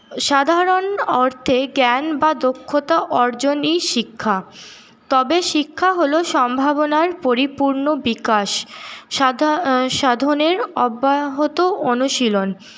সাধারণ অর্থে জ্ঞান বা দক্ষতা অর্জনই শিক্ষা তবে শিক্ষা হল সম্ভাবনার পরিপূর্ণ বিকাশ সাধনের অব্যাহত অনুশীলন